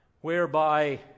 whereby